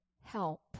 help